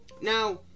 Now